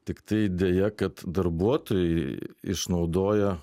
tiktai deja kad darbuotojai išnaudoja